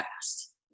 fast